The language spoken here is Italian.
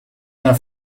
una